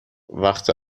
وقت